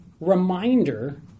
reminder